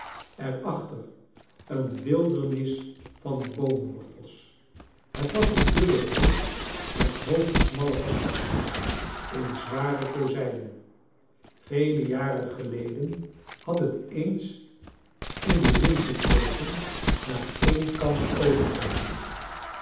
er achter een wildernis van boomwortels het was een dubbel huis met hooge smafle vensters in zware kozijnen vele jaren geleden had het eens in den zin gekregen naar een kant over te hellen